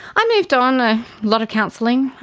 i moved on. a lot of counselling,